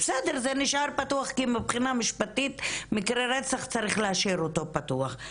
זה נשאר פתוח כי מבחינה משפטית מקרה רצח צריך להשאיר אותו פתוח.